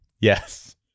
Yes